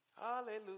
Hallelujah